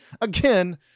Again